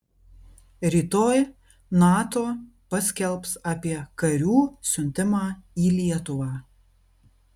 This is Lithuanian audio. rytoj nato paskelbs apie karių siuntimą į lietuvą